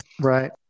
right